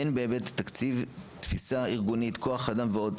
אין באמת תקציב, תפיסה ארגונית ועוד.